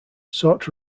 sought